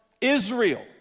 Israel